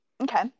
Okay